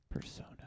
persona